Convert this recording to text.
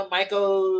Michael